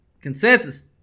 Consensus